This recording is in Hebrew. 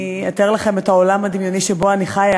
אני אתאר לכם את העולם הדמיוני שבו אני חיה: